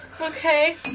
Okay